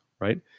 right